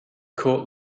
court